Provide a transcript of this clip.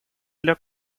для